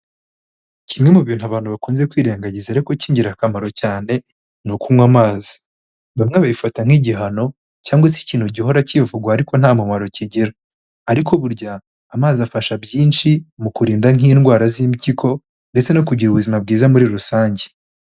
Kimwe mu bintu abantu bakunze kwirengagiza ariko cy'ingirakamaro cyane ni ukunywa amazi. Bamwe babifata nk'igihano cyangwa se ikintu gihora kivugwa ariko nta mumaro kigira. Ariko burya amazi afasha byinshi mu kurinda nk'indwara z'impyiko ndetse no kugira ubuzima bwiza muri rusange.